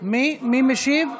מי משיב?